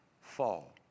fall